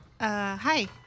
hi